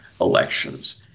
elections